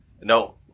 No